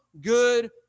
good